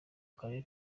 karere